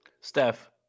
Steph